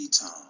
time